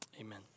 amen